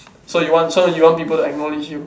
so you want so you want people to acknowledge you